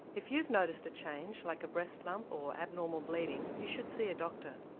if you've noticed a change, like a breast lump or abnormal bleeding, you should see a doctor.